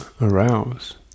Arouse